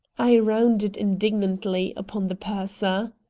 i rounded indignantly upon the purser.